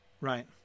Right